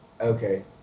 okay